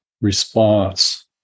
response